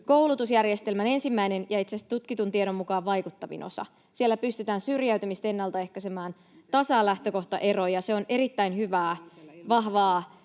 koulutusjärjestelmän ensimmäinen ja itse asiassa tutkitun tiedon mukaan vaikuttavin osa. Siellä pystytään syrjäytymistä ennalta ehkäisemään ja tasaamaan lähtökohtaeroja, ja se on erittäin hyvää, vahvaa,